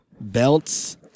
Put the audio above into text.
belts